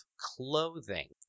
clothing